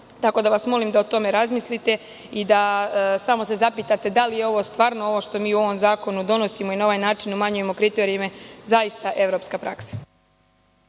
rade. Tako da vas molim, da o tome razmislite i da samo se zapitate da li je ovo stvarno ovo što mi u ovom zakonu donosimo, i na ovaj način umanjujemo kriterijume, zaista evropska praksa.